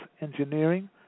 engineering